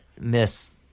miss